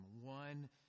one